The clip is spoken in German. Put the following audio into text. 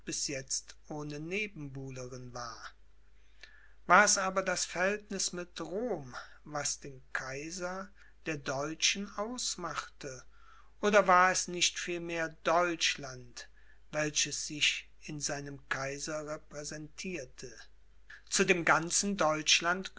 bis jetzt ohne nebenbuhlerin war war es aber das verhältniß mit rom was den kaiser der deutschen aufmachte oder war es nicht vielmehr deutschland welches sich in seinem kaiser repräsentierte zu dem ganzen